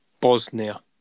Bosnia